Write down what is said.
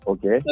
Okay